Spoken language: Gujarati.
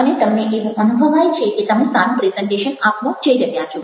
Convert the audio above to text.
અને તમને એવું અનુભવાય છે કે તમે સારું પ્રેઝન્ટેશન આપવા જઈ રહ્યા છો